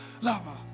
lava